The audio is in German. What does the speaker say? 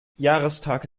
jahrestag